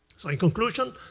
so in conclusion,